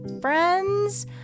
friends